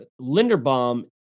Linderbaum